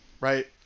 Right